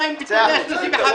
מפה.